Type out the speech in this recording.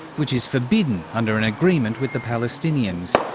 which is forbidden under an agreement with the palestinians.